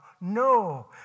No